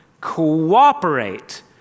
cooperate